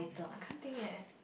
I can't think leh